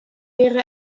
wäre